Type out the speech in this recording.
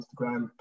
instagram